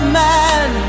man